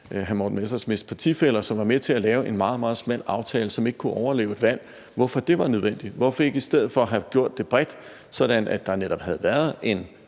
spørge de af hans partifæller, som var med til at lave en meget, meget smal aftale, som ikke kunne overleve et valg, hvorfor det var nødvendigt. Hvorfor ikke i stedet for have gjort det bredt, sådan at der netop havde været en